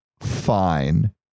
fine